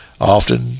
often